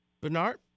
Bernard